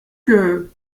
que